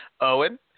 owen